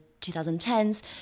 2010s